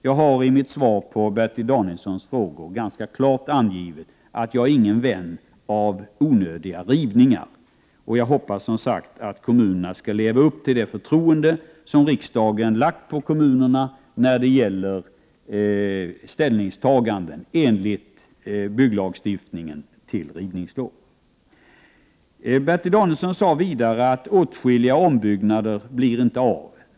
Jag har i mitt svar på Bertil Danielssons frågor ganska klart angivit att jag inte är någon vän av onödiga rivningar. Jag hoppas som sagt att kommunerna skall leva upp till det förtroende som riksdagen givit kommunerna när det gäller ställningstagande till rivningslån enligt bygglagstiftningen. Bertil Danielsson sade vidare att åtskilliga ombyggnader inte blir av.